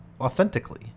authentically